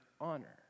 honor